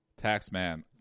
Taxman